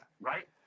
Right